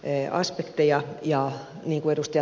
haluan todeta niin kuin ed